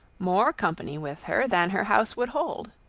more company with her than her house would hold.